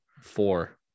four